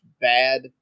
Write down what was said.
bad